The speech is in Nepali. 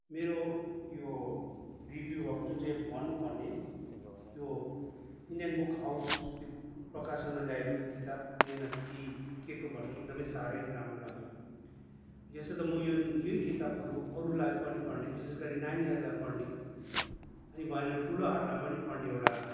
मेरो यो रिभ्य़ू अब जुन चाहिँ अब भन्नुपर्ने यो इन्डियन बुक हाउस यो प्रकाशानमा ल्याएको यो किताब मिहिनेती केटो भन्ने एकदमै साह्रै राम्रो लाग्यो यसो त म यो यही किताबहरू अरूलाई पनि पढ्ने विशेष गरी नानीहरूलाई पढ्ने अनि भएन ठुलोहरूलाई पनि पढ्ने एउटा